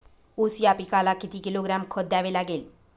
ऊस या पिकाला किती किलोग्रॅम खत द्यावे लागेल?